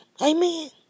Amen